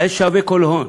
היה שווה כל הון.